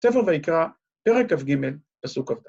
‫ספר ויקרא, פרק כ"ג, פסוק כ.